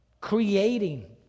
creating